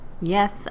Yes